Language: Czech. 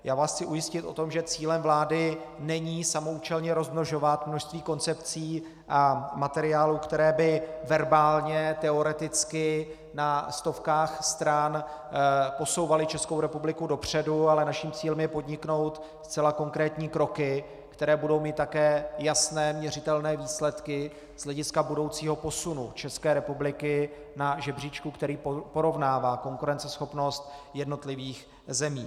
Já vás chci ujistit o tom, že cílem vlády není samoúčelně rozmnožovat množství koncepcí a materiálů, které by verbálně, teoreticky na stovkách stran posouvaly Českou republiku dopředu, ale naším cílem je podniknout zcela konkrétní kroky, které budou mít také jasné, měřitelné výsledky z hlediska budoucího posunu České republiky na žebříčku, který porovnává konkurenceschopnost jednotlivých zemí.